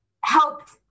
helped